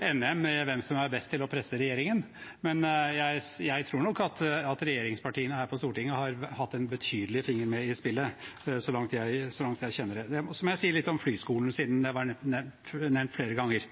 NM i hvem som er best til å presse regjeringen, men jeg tror nok at regjeringspartiene her på Stortinget har hatt en betydelig finger med i spillet, så langt jeg kjenner dem. Så må jeg si litt om flyskolen, siden den har vært nevnt flere ganger.